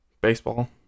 Baseball